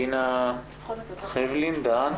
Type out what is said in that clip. דינה חבלין דהן.